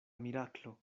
miraklo